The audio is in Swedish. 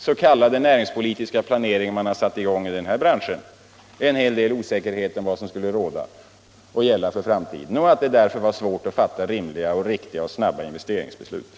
s.k. näringspolitiska planering man satt i gång inom denna bransch rådde en hel del osäkerhet om vad som skulle gälla för framtiden och att det därför var svårt att fatta rimliga, riktiga och snabba investeringsbeslut.